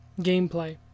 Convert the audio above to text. gameplay